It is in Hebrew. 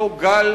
הכנסת,